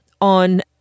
on –